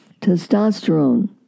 testosterone